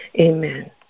Amen